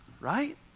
right